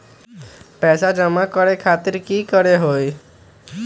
पैसा जमा करे खातीर की करेला होई?